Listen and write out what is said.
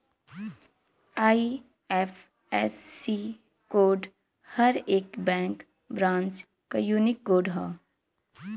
IFSC code हर एक bank branch क यूनिक कोड हौ